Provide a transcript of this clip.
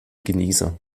genießer